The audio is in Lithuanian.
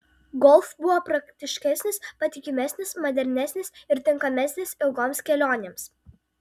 golf buvo praktiškesnis patikimesnis modernesnis ir tinkamesnis ilgoms kelionėms